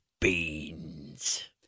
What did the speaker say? beans